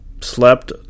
slept